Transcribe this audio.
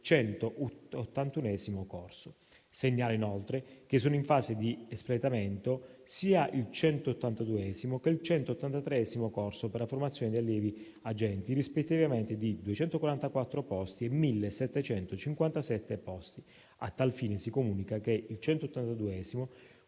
181° corso. Segnalo, inoltre, che sono in fase di espletamento sia il 182° che il 183° corso per la formazione di allievi agenti, rispettivamente di 244 posti e 1.757 posti. A tal fine, si comunica che il 182°